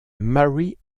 mary